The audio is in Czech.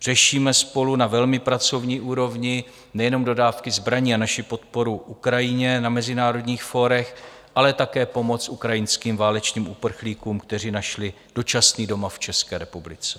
Řešíme spolu na velmi pracovní úrovni nejenom dodávky zbraní a naši podporu Ukrajině na mezinárodních fórech, ale také pomoc ukrajinským válečným uprchlíkům, kteří našli dočasný domov v České republice.